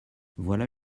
voilà